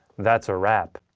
that's a wrap.